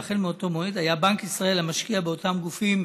והחל מאותו מועד היה בנק ישראל המשקיע באותם גופים